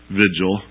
vigil